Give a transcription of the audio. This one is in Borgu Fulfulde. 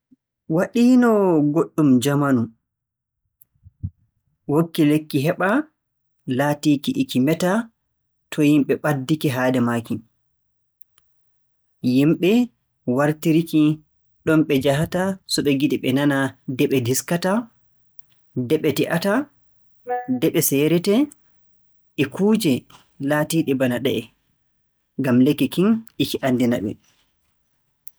Waɗiino goɗɗum jamanu, wokki lekki heɓaa laatiiki e ki meta, so yimɓe ɓaddike haade maaki. Yimɓe wartiri-ki ɗon ɓe njahata so ɓe ngiɗi ɓe nana nde ɓe ndiskata, nde ɓe te'ata, nde ɓe seeretee, e kuuje laatiiɗe bana ɗe'e. Ngam lekki kin e ki anndina-ɓe.